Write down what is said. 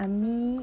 Ami